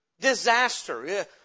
Disaster